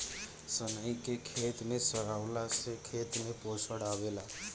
सनई के खेते में सरावला से खेत में पोषण आवेला